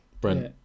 Brent